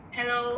Hello